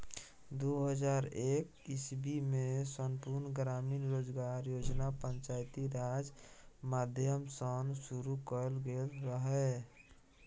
दु हजार एक इस्बीमे संपुर्ण ग्रामीण रोजगार योजना पंचायती राज माध्यमसँ शुरु कएल गेल रहय